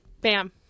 Bam